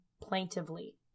plaintively